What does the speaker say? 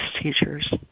teachers